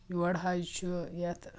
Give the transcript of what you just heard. یور حظ چھُ یتھ